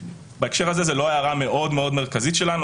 בהקשר הזה זה לא הערה מאוד מאוד מרכזית שלנו.